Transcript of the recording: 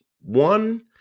One